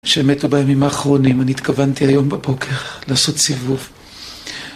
אשר מתו בימים האחרונים, אני התכוונתי היום בבוקר לעשות סיבוב...